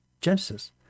Genesis